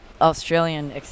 Australian